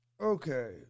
Okay